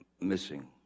missing